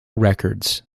records